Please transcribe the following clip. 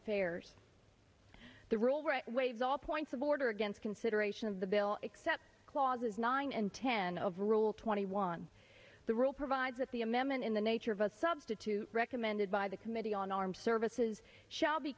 affairs the rule right waive all points of order against consideration of the bill except clauses nine and ten of rule twenty one the rule provides that the amendment in the nature of a substitute recommended by the committee on armed services shall be